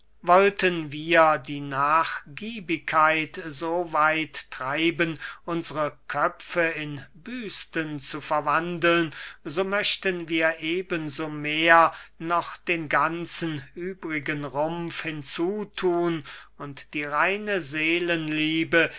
wollten wir die nachgiebigkeit so weit treiben unsre köpfe in büsten zu verwandeln so möchten wir eben so mehr noch den ganzen übrigen rumpf hinzuthun und die reine seelenliebe